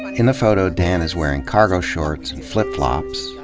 in the photo, dan is wearing cargo shorts and flip-flops.